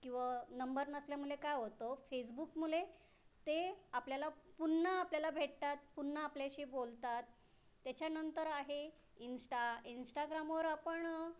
किंवा नंबर नसल्यामुळेले काय होतो फेसबुकमुळे ते आपल्याला पुन्हा आपल्याला भेटतात पुन्हा आपल्याशी बोलतात त्याच्यानंतर आहे इन्स्टा इन्स्टाग्रामवर आपण